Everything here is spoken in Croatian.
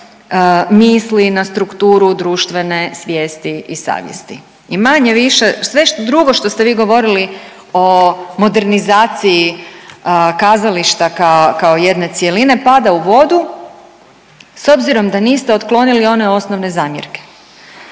misli, na strukturu društvene svijesti i savjesti. I manje-više sve drugo što ste vi govorili o modernizaciji kazališta kao jedne cjeline pada u vodu s obzirom da niste otklonili one osnovne zamjerke.